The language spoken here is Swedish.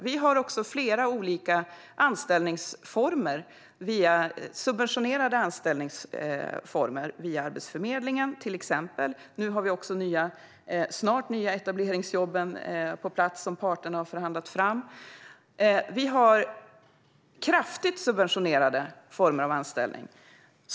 Vi har också flera olika subventionerade anställningsformer via Arbetsförmedlingen. Snart är de nya etableringsjobben på plats, som parterna har förhandlat fram. Vi har kraftigt subventionerade former av anställning.